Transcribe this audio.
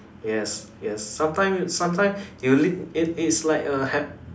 yes yes sometime sometime you l~ it is like a hap~